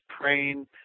praying